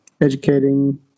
educating